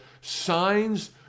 signs